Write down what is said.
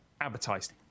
advertised